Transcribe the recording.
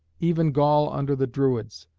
even gaul under the druids,